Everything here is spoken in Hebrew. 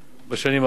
בשנים האחרונות.